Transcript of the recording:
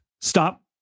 stop